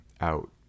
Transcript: out